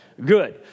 Good